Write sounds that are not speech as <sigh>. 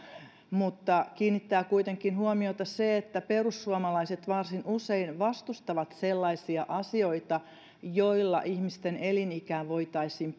mutta kiinnittää kuitenkin huomiota se että perussuomalaiset varsin usein vastustavat sellaisia asioita joilla ihmisten elinikää voitaisiin <unintelligible>